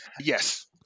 Yes